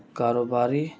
کاروباری